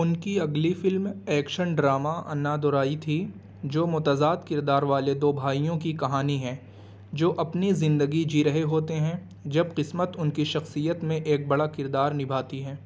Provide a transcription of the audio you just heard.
ان کی اگلی film action drama Annadurai تھی جو متضاد کردار والے دو بھائیوں کی کہانی ہے جو اپنی زندگی جی رہے ہوتے ہیں جب قسمت ان کی شخصیت میں ایک بڑا کردار نبھاتی ہے